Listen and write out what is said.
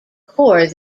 corps